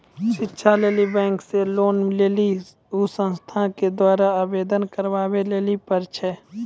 शिक्षा लेली बैंक से लोन लेली उ संस्थान के द्वारा आवेदन करबाबै लेली पर छै?